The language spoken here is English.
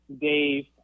Dave